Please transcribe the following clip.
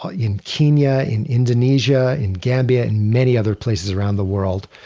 ah in kenya, in indonesia, in gambia, in many other places around the world,